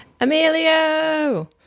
Emilio